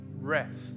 rest